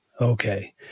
Okay